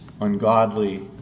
ungodly